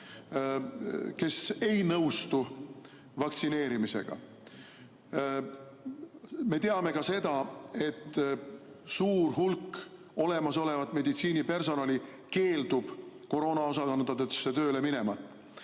kes ei nõustu vaktsineerimisega. Me teame ka seda, et suur hulk olemasolevat meditsiinipersonali keeldub koroonaosakondadesse tööle minemast.